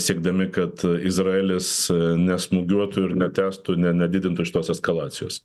siekdami kad izraelis nesmūgiuotų ir netęstų ne nedidintų šitos eskalacijos